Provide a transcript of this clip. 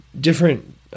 different